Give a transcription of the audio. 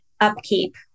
upkeep